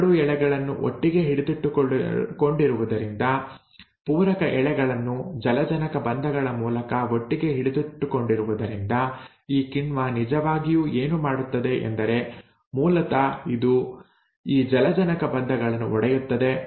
ಎರಡು ಎಳೆಗಳನ್ನು ಒಟ್ಟಿಗೆ ಹಿಡಿದಿಟ್ಟುಕೊಂಡಿರುವುದರಿಂದ ಪೂರಕ ಎಳೆಗಳನ್ನು ಜಲಜನಕ ಬಂಧಗಳ ಮೂಲಕ ಒಟ್ಟಿಗೆ ಹಿಡಿದಿಟ್ಟುಕೊಂಡಿರುವುದರಿಂದ ಈ ಕಿಣ್ವ ನಿಜವಾಗಿಯೂ ಏನು ಮಾಡುತ್ತದೆ ಎಂದರೆ ಮೂಲತಃ ಇದು ಈ ಜಲಜನಕ ಬಂಧಗಳನ್ನು ಒಡೆಯುತ್ತದೆ